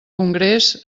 congrés